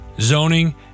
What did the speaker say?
zoning